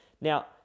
Now